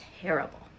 terrible